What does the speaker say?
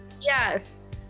Yes